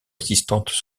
assistantes